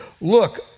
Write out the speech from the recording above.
look